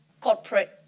corporate